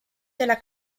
della